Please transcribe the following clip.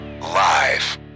live